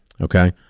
Okay